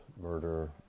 murder